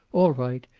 all right.